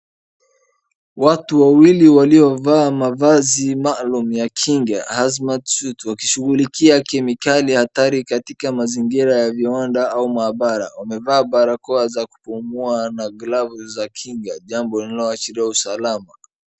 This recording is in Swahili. Watu wawili walioovaa mavazi maalum ya kinga Hazmat suit wakishughulikia kemikali hatari katika mazingira ya viwanda au maabara. Wamevaa barakoa za kupumua na glavu za kinga jambo linaloashiria usalama.